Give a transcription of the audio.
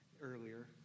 earlier